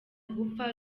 gupfa